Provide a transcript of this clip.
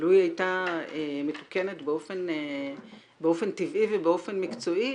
שלו היא הייתה מתקנת באופן טבעי ובאופן מקצועי,